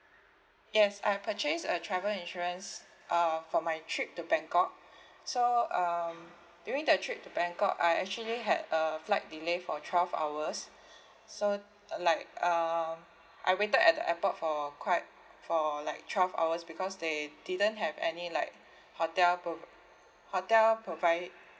yes I purchased a travel insurance uh for my trip to bangkok so um during the trip to bangkok I actually had a flight delay for twelve hours so like um I waited at the airport for quite for like twelve hours because they didn't have any like hotel pro~ hotel provi~